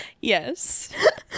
Yes